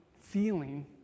feeling